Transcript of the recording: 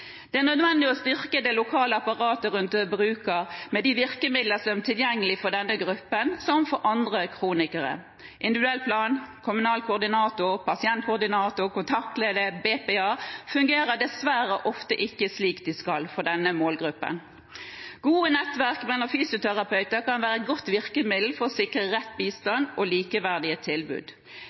Det er nødvendig å styrke det lokale apparatet rundt bruker med de virkemidler som er tilgjengelig for denne gruppen, som for andre kronikere. Individuell plan, kommunal koordinator, pasientkoordinator, kontaktlege og BPA fungerer dessverre ofte ikke slik de skal for denne målgruppen. Gode nettverk mellom fysioterapeuter kan være et godt virkemiddel for å sikre rett bistand og likeverdige tilbud.